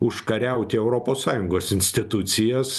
užkariaut europos sąjungos institucijas